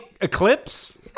Eclipse